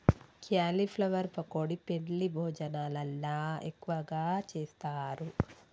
cauliflower pakodi పెండ్లి భోజనాలల్ల ఎక్కువగా చేస్తారు